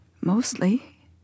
mostly